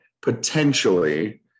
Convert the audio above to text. potentially